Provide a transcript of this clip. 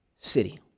city